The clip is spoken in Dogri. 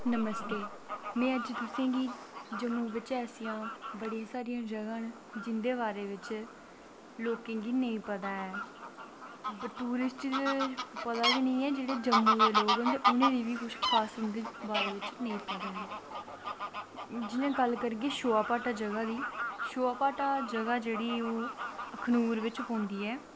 नमस्ते में तुसेंगी अज्ज जम्मू बिच्च बड़ियां सारियां जगाह् न जिंदे बारे बिच्च लोकें गी पता ऐ टूरिस्ट गी ते पता गै नी ऐ जेह्के दजम्मू दे लोग न उनेंगी बी खास उंदे बारे च पता नी ऐ बारे बिच्च नी पता ऐ जियां गल्ल करगे शोआ पाटा जगाह् दी शोआपाटा जगाह् जेह्ड़ी ओह् अखनूर बिच्च पौंदी ऐ